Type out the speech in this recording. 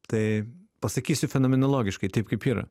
tai pasakysiu fenomenologiškai taip kaip yra